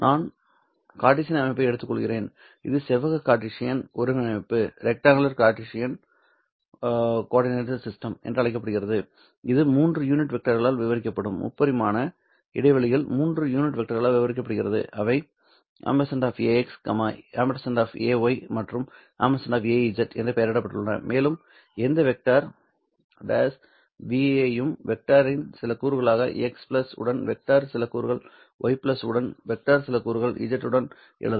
நான் கார்ட்டீசியன் அமைப்பை எடுத்துக்கொள்கிறேன் இது செவ்வக கார்ட்டீசியன் ஒருங்கிணைப்பு அமைப்பு என்று அழைக்கப்படுகிறது இது மூன்று யூனிட் வெக்டர்களால் விவரிக்கப்படும் முப்பரிமாண இடைவெளியில் மூன்று யூனிட் வெக்டர்களால் விவரிக்கப்படுகிறது அவை ax ay மற்றும் az என பெயரிடப்பட்டுள்ளன மேலும் எந்த வெக்டர் 'v ஐயும் வெக்டரின் சில கூறுகளாக x உடன் வெக்டர் சில கூறுகள் y உடன் வெக்டர் சில கூறுகள் z உடன் எழுதலாம்